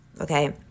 okay